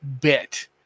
bit